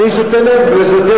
אתה תמיד שותה נפט, נסים.